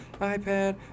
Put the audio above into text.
iPad